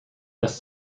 das